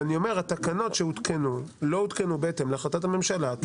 התקנות לא הותקנו בהתאם להחלטת הממשלה,